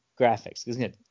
graphics